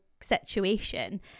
situation